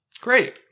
great